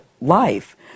life